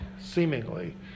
seemingly